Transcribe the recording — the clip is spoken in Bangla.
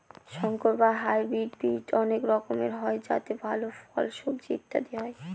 সংকর বা হাইব্রিড বীজ অনেক রকমের হয় যাতে ভাল ফল, সবজি ইত্যাদি হয়